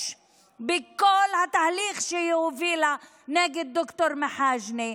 בכל התהליך שהיא הובילה נגד ד"ר מחאג'נה.